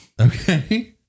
Okay